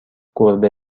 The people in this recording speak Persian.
گربه